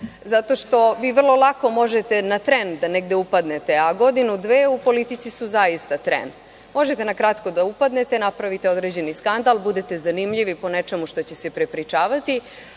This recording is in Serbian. Zato što vi vrlo lako možete na tren negde da upadnete, a godinu, dve u politici su zaista tren. Možete na kratko da upadnete, napravite određeni skandal, budete zanimljivi po nečemu što će se prepričavati,